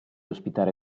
ospitare